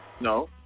No